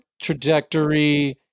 trajectory